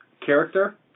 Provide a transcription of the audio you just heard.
character